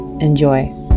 Enjoy